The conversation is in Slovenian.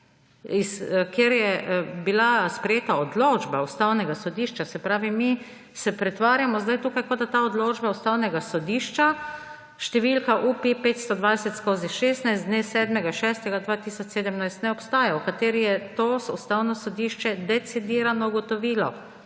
kjer je bila sprejeta odločba Ustavnega sodišča. Se pravi, mi se pretvarjamo zdaj tukaj, kot da ta odločba Ustavnega sodišča številka Up-520/16 z dne 7. 6. 2017 ne obstaja, v kateri je Ustavno sodišče decidirano ugotovilo,